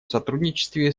сотрудничестве